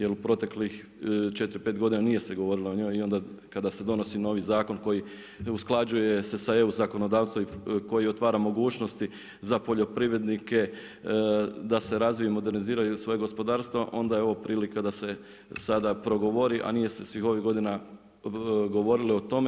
Jer u proteklih 4, 5 godina, nije se govorilo o njoj i onda kada se donosi novi zakon koji usklađuje se sa EU zakonodavstvom i koji otvara mogućnosti za poljoprivrednike, da se razviju, moderniziraju u svoje gospodarstvo, onda je ovo prilika da se sada progovori, a nije se svih ovih godina govorilo o tome.